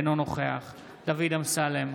אינו נוכח דוד אמסלם,